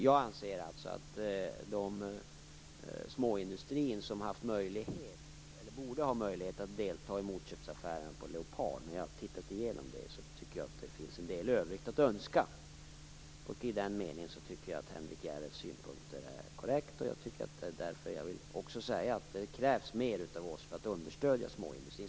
Jag anser att det finns en del övrigt att önska när det gäller den småindustri som borde ha möjlighet att delta i motköpsaffären med Leopard. I den meningen är Henrik Järrels synpunkter korrekta. Det krävs mer av oss för att understödja småindustrin.